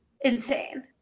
insane